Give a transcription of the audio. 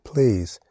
Please